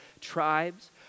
tribes